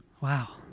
wow